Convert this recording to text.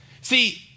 See